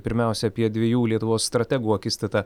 pirmiausia apie dviejų lietuvos strategų akistatą